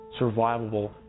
survivable